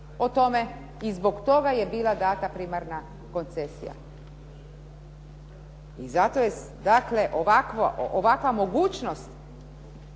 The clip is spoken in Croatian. o tome i zbog toga je bila dana primarna koncesija. I zato je dakle, ovakva mogućnost